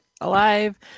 alive